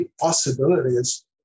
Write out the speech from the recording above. possibilities